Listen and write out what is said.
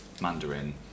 Mandarin